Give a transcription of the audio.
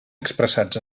expressats